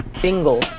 single